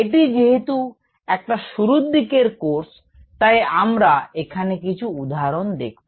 এটি যেহেতু একটা শুরুর দিকের কোর্স তাই আমরা এখানে কিছু উদাহরণ দেখব